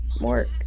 work